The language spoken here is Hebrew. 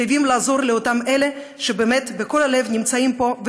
חייבים לעזור לאלה שבאמת, מכל הלב נמצאים פה.